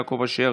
יעקב אשר,